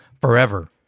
forever